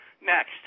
Next